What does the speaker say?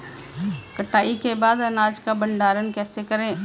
कटाई के बाद अनाज का भंडारण कैसे करें?